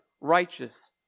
righteous